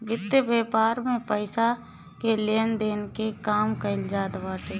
वित्त व्यापार में पईसा के लेन देन के काम कईल जात बाटे